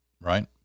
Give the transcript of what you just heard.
right